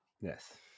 Yes